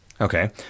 Okay